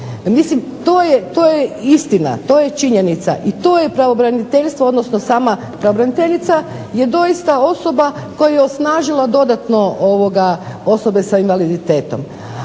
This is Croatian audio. Mislim to je istina. To je činjenica i to je pravobraniteljstvo, odnosno sama pravobraniteljica je doista osoba koja je osnažila dodatno osobe sa invaliditetom.